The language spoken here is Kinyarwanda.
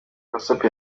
whatsapp